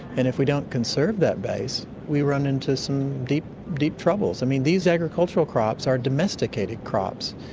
and if we don't conserve that base we run into some deep, deep troubles. i mean, these agricultural crops are domesticated crops,